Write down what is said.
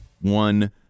One